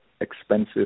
expensive